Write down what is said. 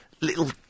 little